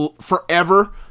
forever